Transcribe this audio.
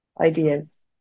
ideas